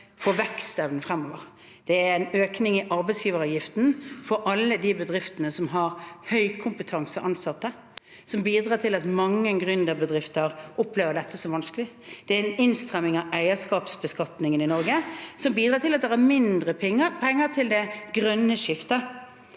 bedrifter fremover. Det er en økning i arbeidsgiveravgiften for alle de bedriftene som har høykompetanseansatte, som bidrar til at mange gründerbedrifter opplever dette som vanskelig. Det er en innstramning av eierskapsbeskatningen i Norge, som bidrar til at det er mindre penger til det grønne skiftet.